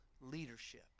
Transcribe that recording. leadership